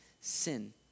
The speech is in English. sin